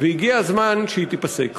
והגיע הזמן שהיא תיפסק.